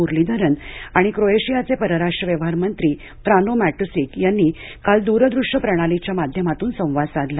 मुरलीधरन आणि क्रोएशियाचे परराष्ट्र व्यवहार मंत्री फ्रानो मॅटूसिक यांनी काल दूरदृश्य प्रणालीच्या माध्यमातून संवाद साधला